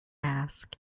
ask